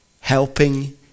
Helping